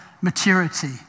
maturity